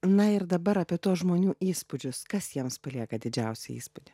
na ir dabar apie tuos žmonių įspūdžius kas jiems palieka didžiausią įspūdį